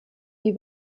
die